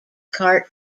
cart